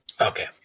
Okay